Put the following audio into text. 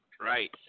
Right